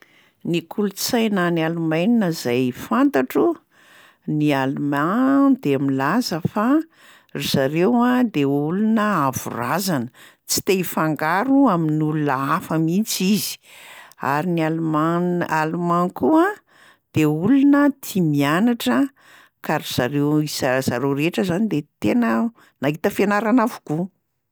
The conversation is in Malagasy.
Ny kolontsaina any Allemagne zay fantatro: ny allemand de milaza fa ry zareo a de olona avo razana, tsy te hifangaro amin'olona hafa mihitsy izy, ary ny alleman- allemand koa de olona tia mianatra ka ry zareo iza- zareo rehetra zany de tena nahita fianarana avokoa.